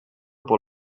por